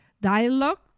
dialogue